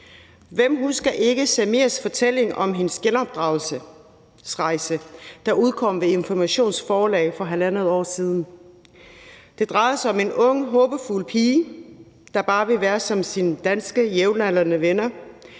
Hvem husker ikke Samias fortælling om hendes genopdragelsesrejse, der udkom ved Informations Forlag for halvandet år siden? Det drejede sig om en ung håbefuld pige, der bare ville være som sine danske jævnaldrende venner,